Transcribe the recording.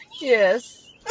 Yes